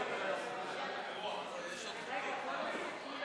לוועדת העבודה והרווחה נתקבלה.